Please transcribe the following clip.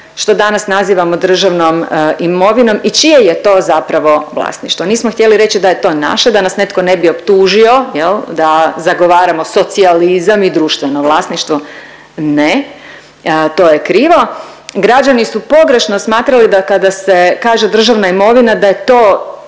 što danas nazivamo državnom imovinom i čije je to zapravo vlasništvo. Nismo htjeli reći da je to naše da nas netko ne bi optužio jel da zagovaramo socijalizam i društveno vlasništvo, ne to je krivo. Građani su pogrešno smatrali da kada se kaže državna imovina da je to